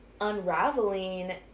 unraveling